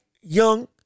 Young